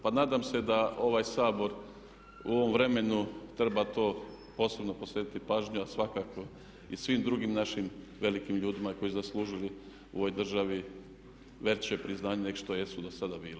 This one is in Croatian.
Pa nadam se da ovaj Sabor u ovom vremenu treba to posebno posvetiti pažnju, a svakako i svim drugim našim velikim ljudima koji su zaslužili u ovoj državi veće priznanje nego što jesu dosada bili.